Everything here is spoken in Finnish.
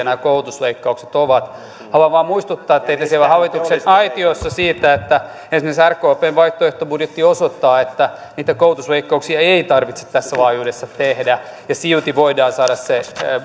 nämä koulutusleikkaukset ovat haluan vain muistuttaa teitä siellä hallituksen aitiossa siitä että esimerkiksi rkpn vaihtoehtobudjetti osoittaa että niitä koulutusleikkauksia ei ei tarvitse tässä laajuudessa tehdä ja silti voidaan saada se